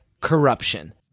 corruption